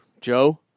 Joe